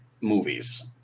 movies